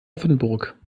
offenburg